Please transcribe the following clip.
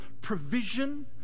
provision